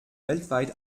weltweit